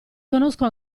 conosco